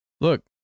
Look